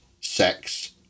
sex